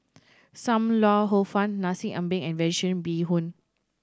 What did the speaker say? Sam Lau Hor Fun Nasi Ambeng and Vegetarian Bee Hoon